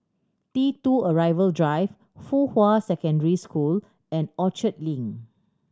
T Two Arrival Drive Fuhua Secondary School and Orchard Link